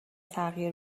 تغییر